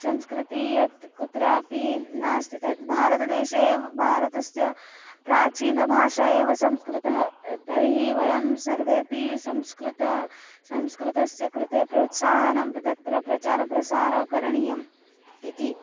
संस्कृतिः यत् कुत्रापि नास्ति तद्भारतदेशे एव भारतस्य प्राचीनभाषा एव संस्कृतं तर्हि वयं सर्वेपि संस्कृतं संस्कृतस्य कृते प्रोत्साहनं तत्र प्रचारप्रसारं करणीयम् इति